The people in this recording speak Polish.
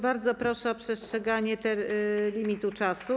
Bardzo proszę o przestrzeganie limitu czasu.